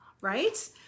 Right